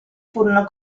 furono